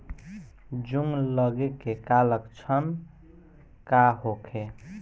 जूं लगे के का लक्षण का होखे?